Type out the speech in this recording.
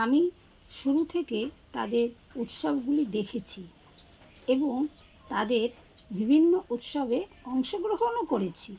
আমি শুরু থেকে তাদের উৎসবগুলি দেখেছি এবং তাদের বিভিন্ন উৎসবে অংশগ্রহণও করেছি